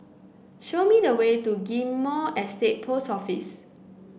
show me the way to Ghim Moh Estate Post Office